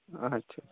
ᱟᱪᱪᱷᱟ ᱪᱷᱟ